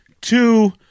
two